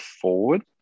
forward